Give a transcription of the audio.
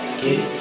get